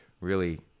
really-